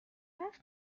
حرف